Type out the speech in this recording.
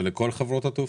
זה לכל חברות התעופה?